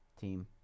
team